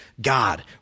God